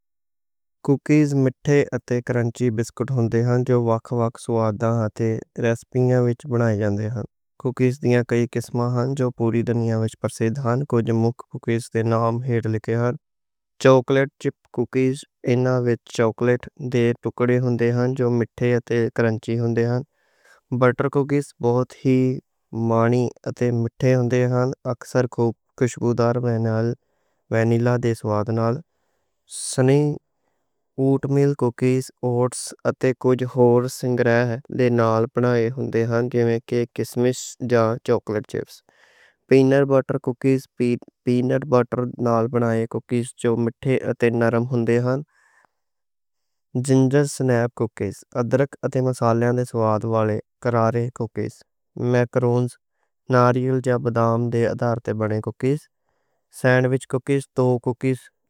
کوکیز مِٹھے تے crunchy biscuit ہوندے ہن جو وکھ وکھ سواڈاں تے رسپیاں وِچ بنائے جاندے ہن۔ کوکیز دیاں کئی قسمہاں ہن جو پُوری دُنیا وِچ پرسِد ہن؛ کُجھ کوکیز دے نام ہِیٹھ لکھے ہن۔ چاکلیٹ چِپ کوکیز، اِنہاں وِچ چاکلیٹ دے ٹُکڑے ہوندے ہن۔ بَٹر کوکیز مِٹھے تے نرم ہوندے ہن۔ وِینیلا دے سواڈ نال۔ اوٹس تے کُجھ ہور سِنگرہ دے نال بنائے کوکیز، جِیویں کِشمِش جاں چاکلیٹ چِپس۔ پِینٹ بَٹر کوکیز پِینٹ بَٹر نال بنائے کوکیز جو مِٹھے تے نرم ہوندے ہن۔ جنجر سنیپ کوکیز، ادرک تے مصالحیاں دے سواڈ والے کرارے کوکیز۔ مَکارونز، ناریل جاں بادام دے اَدار تے بنے کوکیز۔ Sandwich cookies.